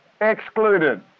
excluded